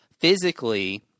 physically